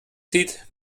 zieht